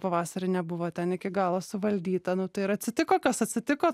pavasarį nebuvo ten iki galo suvaldyta nu tai ir atsitiko kas atsitiko